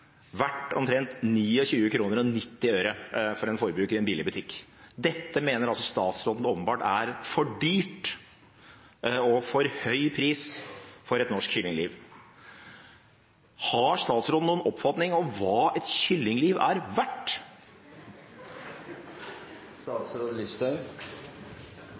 en billigbutikk. Dette mener statsråden åpenbart er for dyrt og en for høy pris for et norsk kyllingliv. Spørsmålet blir da: Har statsråden noen oppfatning av hva et kyllingliv er verdt?